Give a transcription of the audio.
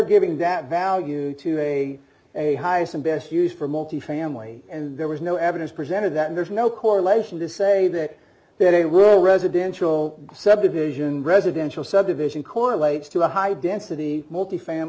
giving that value to a a highest and best use for multifamily and there was no evidence presented that there's no correlation to say that they were residential subdivision residential subdivision correlates to a high density multifa